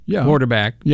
quarterback